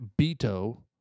Beto